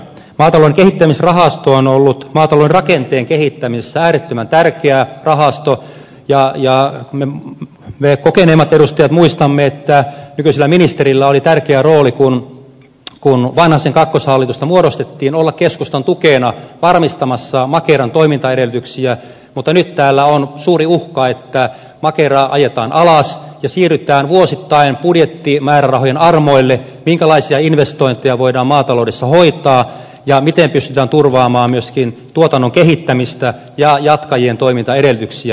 maatalouden kehittämisrahasto on ollut maatalouden rakenteen kehittämisessä äärettömän tärkeä rahasto ja me kokeneemmat edustajat muistamme että nykyisellä ministerillä oli tärkeä rooli kun vanhasen kakkoshallitusta muodostettiin olla keskustan tukena varmistamassa makeran toimintaedellytyksiä mutta nyt täällä on suuri uhka että makeraa ajetaan alas ja siirrytään vuosittain budjettimäärärahojen armoille siinä minkälaisia investointeja voidaan maata loudessa hoitaa ja miten pystytään turvaamaan myöskin tuotannon kehittämistä ja jatkajien toimintaedellytyksiä